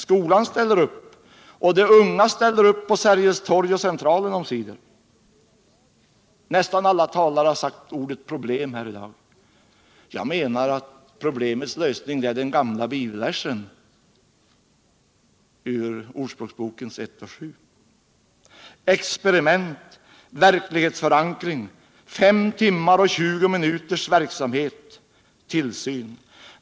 Skolan ställer upp. De unga ställer upp på Sergels torg och Centralen omsider. Nästan alla talare har använt ordet ”problem” i dag. Jag menar att problemets lösning är den gamla bibelversen Ordspråksboken 1:7. Experiment, verklighetstförankring, 5 timmar och 20 minuters verksamhet. Tillsyn.